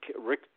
Rick